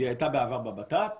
והיא הייתה בעבר בבט"פ.